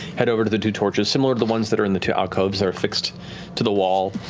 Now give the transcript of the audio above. head over to the two torches. similar to the ones that are in the two alcoves, they're affixed to the wall.